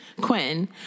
Quinn